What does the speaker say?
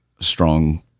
strong